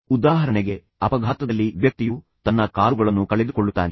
ಉದಾಹರಣೆಗೆ ಅಪಘಾತದಲ್ಲಿ ವ್ಯಕ್ತಿಯು ತನ್ನ ಕಾಲುಗಳನ್ನು ಕಳೆದುಕೊಳ್ಳುತ್ತಾನೆ